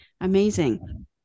Amazing